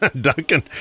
Duncan